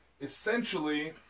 essentially